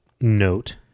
note